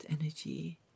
energy